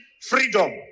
freedom